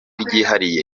ryihariye